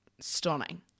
stunning